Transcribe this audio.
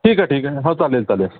ठीक आहे ठीक आहे हो चालेल चालेल